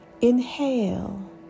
Inhale